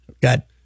got